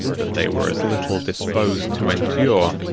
that they were as little disposed to endure,